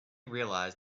realized